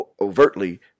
overtly